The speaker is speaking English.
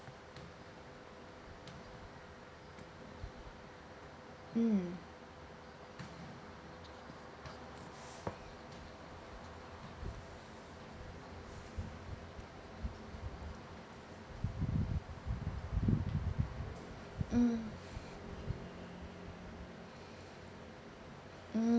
mm mm